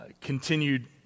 continued